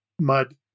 mud